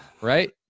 Right